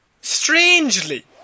strangely